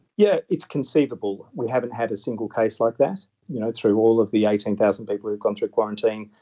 yeah it's conceivable. we haven't had a single case like that you know through all of the eighteen thousand people who've gone through quarantine,